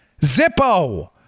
Zippo